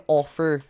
offer